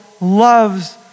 loves